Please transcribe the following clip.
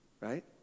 Right